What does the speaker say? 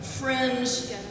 Friends